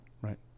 Right